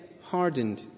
hardened